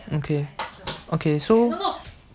okay okay so